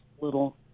little